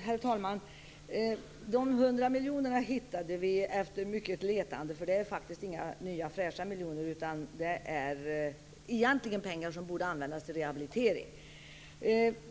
Herr talman! De 100 miljonerna hittade vi efter mycket letande. Det är faktiskt inga nya, fräscha miljoner, utan det är egentligen pengar som borde användas till rehabilitering.